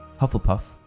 Hufflepuff